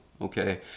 okay